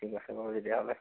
ঠিক আছে বাৰু তেতিয়াহ'লে